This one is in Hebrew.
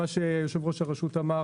מה שיושב-ראש הרשות אמר,